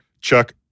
Chuck